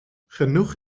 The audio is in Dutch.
genoeg